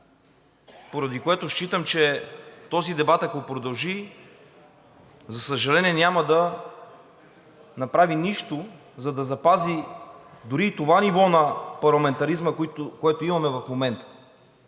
поради което считам, че този дебат, ако продължи, за съжаление, няма да направи нищо, за да запази дори и това ниво на парламентаризма, което имаме в момента.